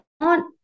on